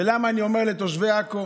ולמה אני אומר לתושבי עכו